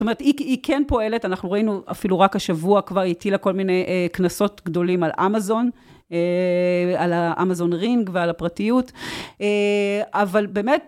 זאת אומרת, היא כן פועלת, אנחנו ראינו אפילו רק השבוע כבר, היא הטילה כל מיני קנסות גדולים על אמזון, על האמזון רינג ועל הפרטיות, אבל באמת...